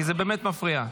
כי זה באמת מפריע.